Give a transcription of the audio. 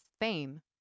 fame